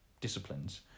disciplines